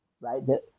right